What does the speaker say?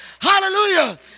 Hallelujah